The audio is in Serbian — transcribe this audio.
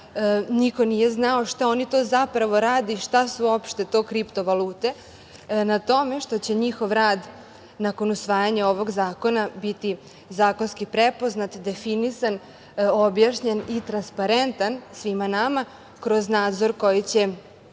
niko nije znao šta oni to zapravo rade i šta su uopšte to kripto valute, na tome što će njihov rad, nakon usvajanja ovog zakona, biti zakonski prepoznat, definisan, objašnjen i transparentan svima nama kroz nadzor koji će